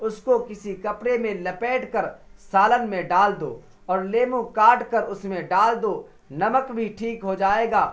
اس کو کسی کپڑے میں لپیٹ کر سالن میں ڈال دو اور لیمو کاٹ کر اس میں ڈال دو نمک بھی ٹھیک ہو جائے گا